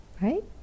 right